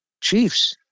Chiefs